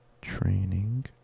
training